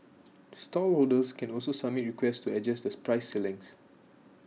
stallholders can also submit requests to adjust the price ceilings